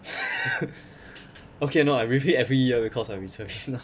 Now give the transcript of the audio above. okay no I breathe it every year because of reservist now